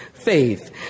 Faith